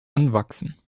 anwachsen